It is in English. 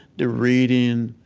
the reading,